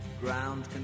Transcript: Ground